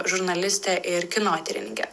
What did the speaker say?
žurnalistę ir kinotyrininkę